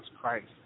Christ